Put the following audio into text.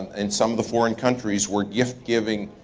and some of the foreign countries were gift-giving,